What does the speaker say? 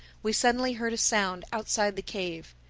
we suddenly heard a sound outside the cave.